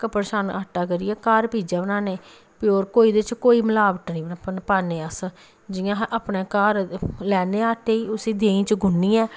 कपड़ शान आटा करियै गर पीज्जा बनाने फ्ही एह्दे च कोई मलावट निं पान्ने एह्दे च जि'यां असें अपने घर लैन्ने आटे गी उसी देहीं च गुन्नियै